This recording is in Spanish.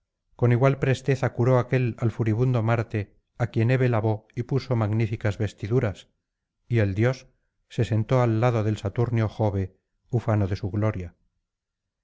con igual presteza cyiró aquél al furibundo marte á quien hebe lavó y puso magníficas vestiduras y el dios se sentó al lado del saturnio jove ufano de su gloria